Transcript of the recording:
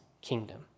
kingdom